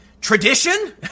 Tradition